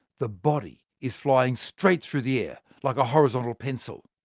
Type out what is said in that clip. the body is flying straight through the air, like a horizontal pencil.